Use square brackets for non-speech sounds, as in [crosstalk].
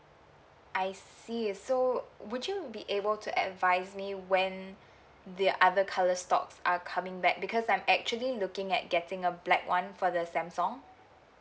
I see so would you be able to advise me when [breath] the other colour stocks are coming back because I'm actually looking at getting a black one for the samsung